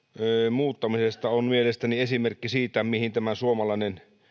muuttamisesta on mielestäni esimerkki siitä mihin tämä suomalainen